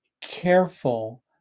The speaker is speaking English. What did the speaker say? careful